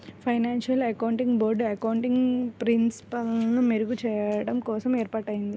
financial accounting board accounting ప్రిన్సిపల్స్ని మెరుగుచెయ్యడం కోసం ఏర్పాటయ్యింది